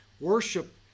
worship